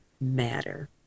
matter